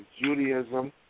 Judaism